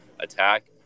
attack